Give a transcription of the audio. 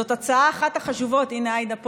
זאת הצעה, אחת החשובות, הינה, עאידה פה.